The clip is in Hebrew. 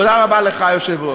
תודה רבה לך, היושב-ראש.